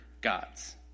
gods